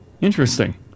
Interesting